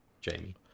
Jamie